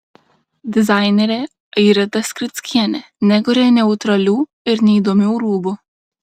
dizainerė airida skrickienė nekuria neutralių ir neįdomių rūbų